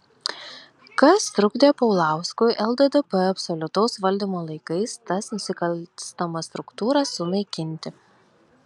kas trukdė paulauskui lddp absoliutaus valdymo laikais tas nusikalstamas struktūras sunaikinti